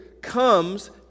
comes